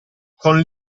con